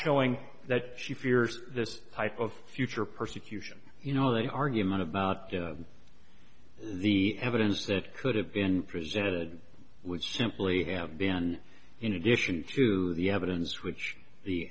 showing that she fears this type of future persecution you know they argument about the evidence that could have been presented would simply have been in addition to the evidence which the